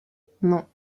non